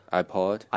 iPod